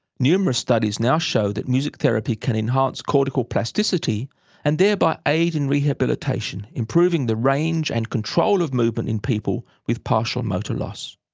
numerous studies now show that music therapy can enhance cortical plasticity and thereby aid in rehabilitation, improving the range and control of movement in people with partial motor loss.